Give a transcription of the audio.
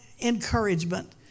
encouragement